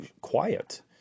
quiet